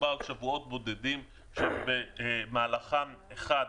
מדובר על שבועות בודדים שבמהלכם אנחנו